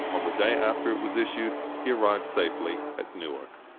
on the day after it was issued, he arrived safely at newark.